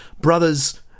Brothers